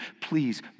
Please